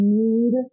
need